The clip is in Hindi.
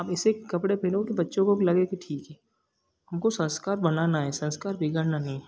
आप ऐसे कपड़े पहनों की बच्चों को भी लगे कि ठीक है हमको संस्कार बनाना है संस्कार बिगाड़ना नहीं है